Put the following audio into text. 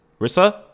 Rissa